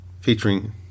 featuring